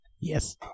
Yes